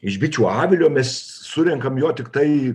iš bičių avilio mes surenkam jo tiktai